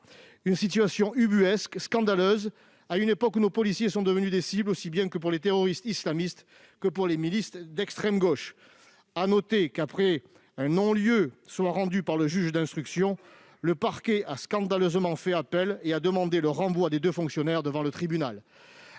La situation est ubuesque et scandaleuse, à une époque où nos policiers sont devenus des cibles aussi bien pour les terroristes islamistes que pour les milices d'extrême gauche. Il convient de noter qu'après un non-lieu rendu par le juge d'instruction le parquet a scandaleusement fait appel et demandé le renvoi des deux fonctionnaires devant le tribunal.